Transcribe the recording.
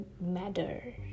matter